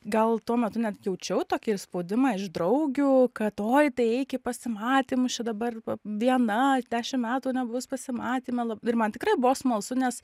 gal tuo metu net jaučiau tokį ir spaudimą iš draugių kad oj tai eik į pasimatymus čia dabar va viena dešim metų nebuvus pasimatyme lab ir man tikrai buvo smalsu nes